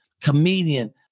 comedian